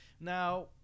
Now